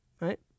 right